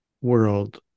world